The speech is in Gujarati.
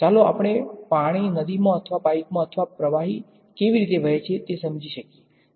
ચાલો આપણે પાણી નદીમાં અથવા પાઇપમાં અથવા પ્રવાહી પ્રવાહી કેવી રીતે વહે છે તે સમજી શકાય છે